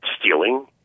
stealing